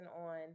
on